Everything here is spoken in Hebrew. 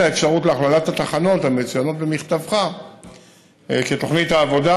האפשרות להכללת התחנות המצוינות במכתבך בתוכנית העבודה,